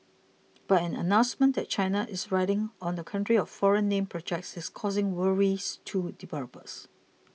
but an announcement that China is ridding on the country of foreign name projects is causing worries to developers